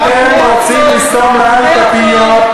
ואתם רוצים לסתום לנו את הפיות.